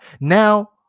Now